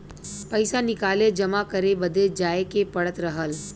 पइसा निकाले जमा करे बदे जाए के पड़त रहल